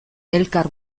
elkar